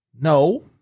no